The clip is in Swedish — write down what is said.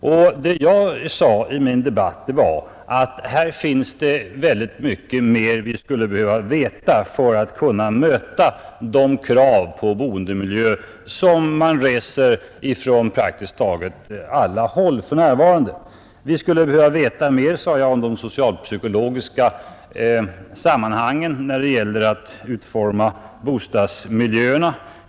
Och vad jag sade i debatten var att vi behöver veta mycket mera för att kunna möta de krav på boendemiljön som man reser från praktiskt taget alla håll för närvarande, Vi skulle behöva veta mera, sade jag, om de socialpsykologiska sammanhangen när det gäller att utforma bostadsmiljöerna.